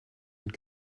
und